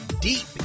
deep